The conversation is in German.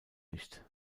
nicht